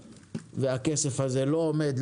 והכסף הזה לא עומד,